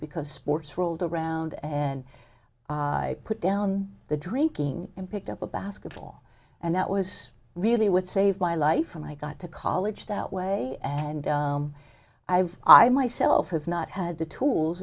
because sports rolled around and i put down the drinking and picked up a basketball and that was really what saved my life and i got to college that way and i've i myself have not had the tools